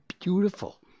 beautiful